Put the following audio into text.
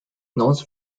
notes